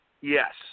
Yes